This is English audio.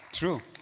true